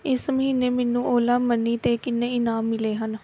ਇਸ ਮਹੀਨੇ ਮੈਨੂੰ ਓਲਾਮਨੀ 'ਤੇ ਕਿੰਨੇ ਇਨਾਮ ਮਿਲੇ ਹਨ